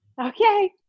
okay